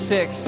Six